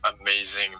amazing